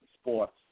sports